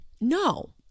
no